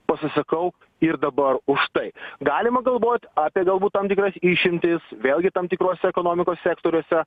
pasisakau ir dabar už tai galima galvoti apie galbūt tam tikras išimtis vėlgi tam tikruose ekonomikos sektoriuose